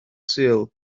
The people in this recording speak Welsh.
sul